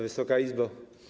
Wysoka Izbo!